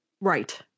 Right